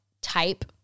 type